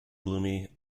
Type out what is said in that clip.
gloomy